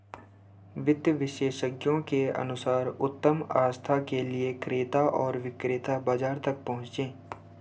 वित्त विशेषज्ञों के अनुसार उत्तम आस्था के लिए क्रेता और विक्रेता बाजार तक पहुंचे